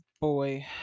boy